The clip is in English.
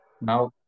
Now